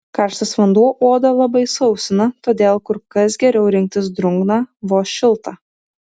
karštas vanduo odą labai sausina todėl kur kas geriau rinktis drungną vos šiltą